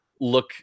look